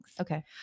Okay